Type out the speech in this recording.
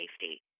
safety